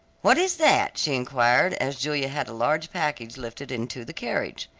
what is that? she enquired, as julia had a large package lifted into the carriage.